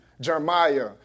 Jeremiah